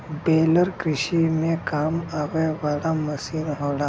baler कृषि में काम आवे वाला मसीन होला